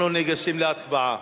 אנחנו ניגשים להצבעה.